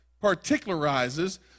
particularizes